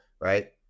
right